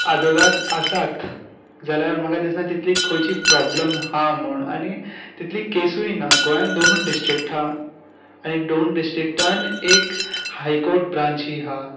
आदवोगाद आसाच जाल्यार म्हाका दिसना तितली खंयचीय प्रोब्लेम आसा म्हूण आनी तितली केसूय ना गोंयान दोनूच डिस्ट्रिक्ट आसा आनी दोन डिस्ट्रिक्टान एक हाय कोर्ट ब्रांचूय आसा